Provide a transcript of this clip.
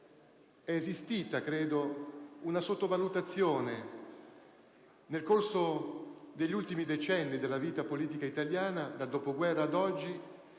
È esistita, credo, nel corso degli ultimi decenni della vita politica italiana, dal dopoguerra ad oggi,